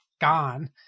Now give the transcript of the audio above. gone